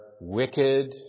Wicked